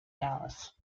dallas